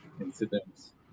incidents